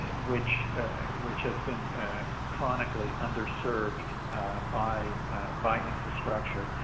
ah which which has been chronically underserved by by infrastructure